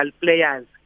players